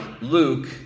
Luke